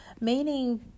Meaning